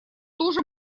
тоже